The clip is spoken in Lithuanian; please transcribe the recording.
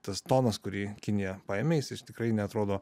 tas tonas kurį kinija paėmė jisai tikrai neatrodo